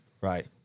Right